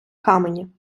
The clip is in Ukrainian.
камені